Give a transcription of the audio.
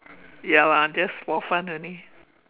ya lah just for fun only